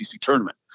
tournament